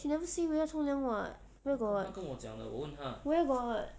she never say 回家冲凉 [what] where got where got